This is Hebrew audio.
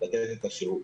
לתת את השירות